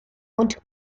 und